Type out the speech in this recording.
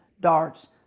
darts